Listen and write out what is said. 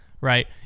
right